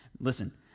Listen